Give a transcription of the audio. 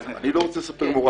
אני לא רוצה לספק מור"ק.